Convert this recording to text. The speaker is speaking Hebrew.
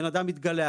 בן אדם מתגלח,